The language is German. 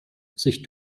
sich